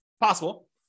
possible